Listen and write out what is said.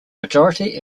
majority